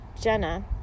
Jenna